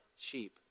sheep